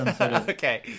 Okay